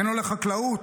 אין לחקלאות,